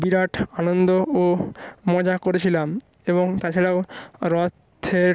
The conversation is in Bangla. বিরাট আনন্দ ও মজা করেছিলাম এবং তাছাড়াও রথের